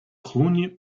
cluny